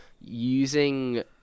using